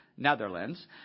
Netherlands